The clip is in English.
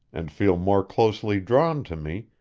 and feel more closely drawn to me,